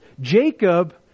Jacob